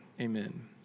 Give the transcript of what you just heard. Amen